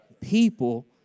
People